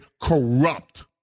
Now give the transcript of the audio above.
corrupt